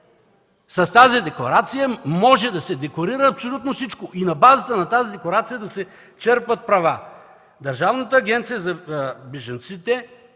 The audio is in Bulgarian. С тази декларация може да се декларира абсолютно всичко и на базата на нея да се черпят права. „Държавната агенция за бежанците